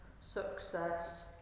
success